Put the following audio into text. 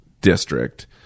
district